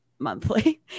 monthly